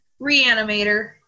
Reanimator